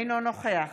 אינו נוכח